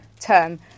term